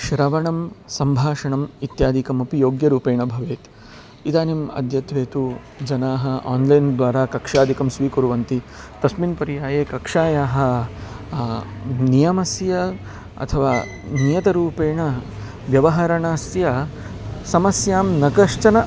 श्रवणं सम्भाषणम् इत्यादिकम् अपि योग्यरूपेण भवेत् इदानीम् अद्यत्वे तु जनाः आन्लैन्द्वारा कक्षादिकं स्वीकुर्वन्ति तस्मिन् पर्याये कक्षायाः नियमस्य अथवा नियतरूपेण व्यवहरणस्य समस्यां न कश्चन